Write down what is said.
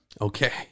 Okay